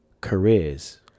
...careers